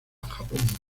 japón